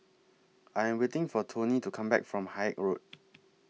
I Am waiting For Toney to Come Back from Haig Road